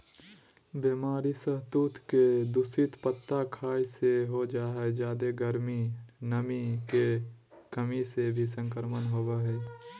बीमारी सहतूत के दूषित पत्ता खाय से हो जा हई जादे गर्मी, नमी के कमी से भी संक्रमण होवई हई